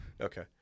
Okay